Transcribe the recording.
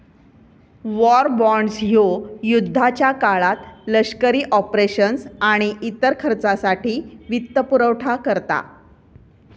war bonds ह्यो युद्धाच्या काळात लष्करी ऑपरेशन्स आणि इतर खर्चासाठी वित्तपुरवठा करता